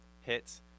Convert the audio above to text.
hits